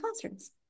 classrooms